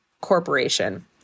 corporation